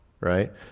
right